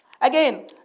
Again